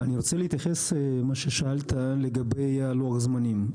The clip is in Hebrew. אני רוצה להתייחס למה ששאלת לגבי לוח הזמנים.